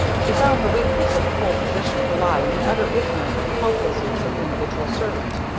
she found the weakness of the whole position to lie in the utter ignorance and helplessness of the individual servant.